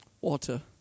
Water